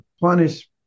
punish